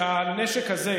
הנשק הזה,